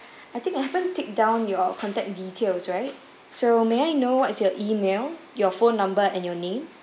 I think I haven't take down your contact details right so may I know what's your email your phone number and your name